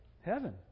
heaven